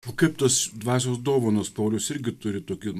o kaip tos dvasios dovanos paulius irgi turi tokį